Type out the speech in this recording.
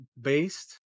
based